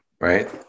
Right